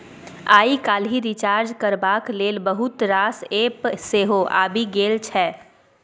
आइ काल्हि रिचार्ज करबाक लेल बहुत रास एप्प सेहो आबि गेल छै